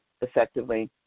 effectively